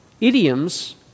Idioms